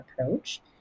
approach